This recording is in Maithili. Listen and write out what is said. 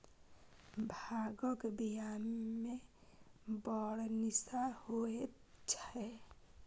भांगक बियामे बड़ निशा होएत छै